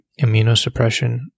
immunosuppression